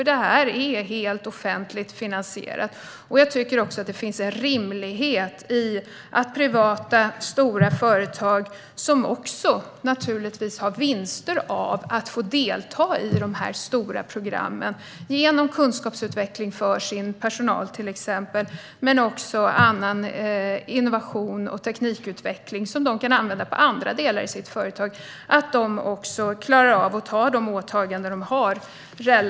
Detta är nämligen helt offentligt finansierat. Jag tycker att det finns en rimlighet i att privata, stora företag - som naturligtvis också har vinster av att delta i dessa stora program, till exempel genom kunskapsutveckling för sin personal och genom innovation och teknikutveckling som de kan använda inom andra delar i sitt företag - klarar av att uppfylla de åtaganden de har gjort.